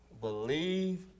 Believe